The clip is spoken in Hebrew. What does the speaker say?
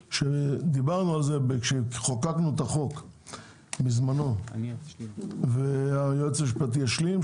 דיברנו על זה כשחוקקנו את החוק בזמנו והיועץ המשפטי ישלים,